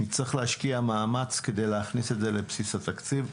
אני צריך להשקיע מאמץ כדי להכניס את זה לבסיס התקציב,